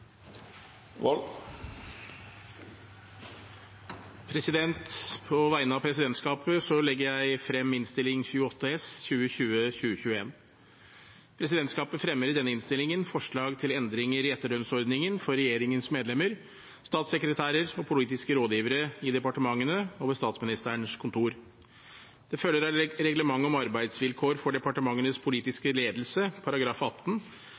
1–3. På vegne av presidentskapet legger jeg frem Innst. 28 S for 2021–2022. Presidentskapet fremmer i denne innstillingen forslag til endringer i etterlønnsordningen for regjeringens medlemmer, statssekretærer og politiske rådgivere i departementene og ved Statsministerens kontor. Det følger av Reglement om arbeidsvilkår for departementenes politiske ledelse § 14, tidligere § 18,